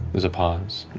there's a pause,